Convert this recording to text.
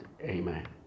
amen